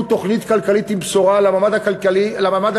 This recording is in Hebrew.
תוכנית כלכלית עם בשורה למעמד הבינוני,